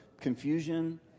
confusion